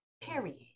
Period